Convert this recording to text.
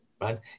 right